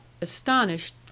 astonished